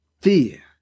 fear